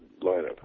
lineup